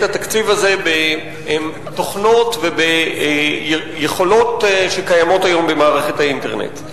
התקציב הזה בתוכנות וביכולות שקיימות היום במערכת האינטרנט.